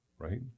right